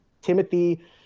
Timothy